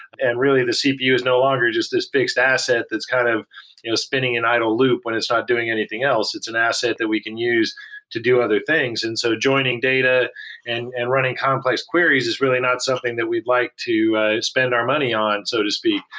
and really the cpu is no longer just this fixed asset that's kind of spinning in idle loop when it's not doing anything else. it's an asset that we can use to do other things. and so joining data and and running complex queries is really not something that we'd like to spend our money on, so to speak.